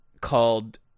called